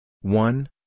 one